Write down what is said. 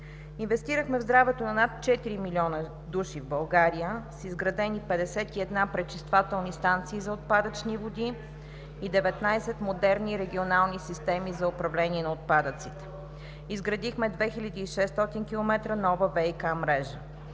Инвестирахме в здравето на над 4 милиона души в България с изградени 51 пречиствателни станции за отпадъчни води и 19 модерни регионални системи за управление на отпадъците. Изградихме 2600 км нова ВиК мрежа.